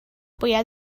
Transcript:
باید